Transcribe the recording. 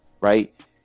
Right